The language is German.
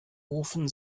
ofen